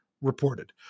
reported